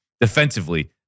Defensively